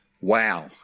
Wow